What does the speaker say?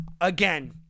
again